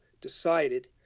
decided